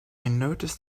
noticed